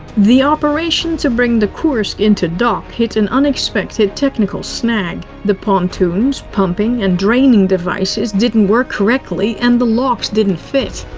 the operation to bring the kursk into dock hit an unexpected technical snag. the pontoons pumping and draining devices didn't work correctly, and the locks didn't fit.